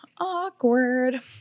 Awkward